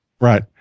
Right